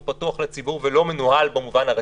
הוא פתוח לציבור ולא מנוהל במובן הרגיל,